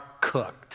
cooked